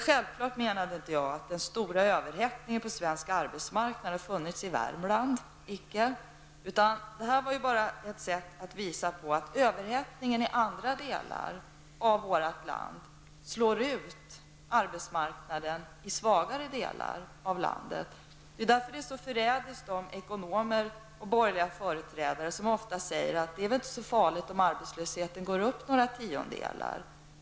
Självfallet menade jag inte att den stora överhettningen på svensk arbetsmarknad funnits i Värmland, icke. Det här var bara ett sätt att visa på att överhettningen i andra delar av vårt land slår ut arbetsmarknaden i svagare delar av landet. Det är därför det är så förrädiskt när ekonomer och borgerliga företrädare ofta säger att det inte är så farligt om arbetslösheten går upp några tiondelar.